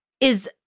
is-